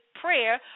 prayer